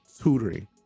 tutoring